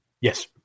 Yes